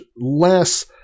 less